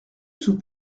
sous